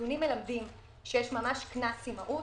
הנתונים מלמדים שיש ממש קנס אימהות.